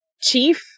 Chief